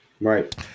Right